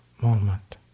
moment